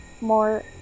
more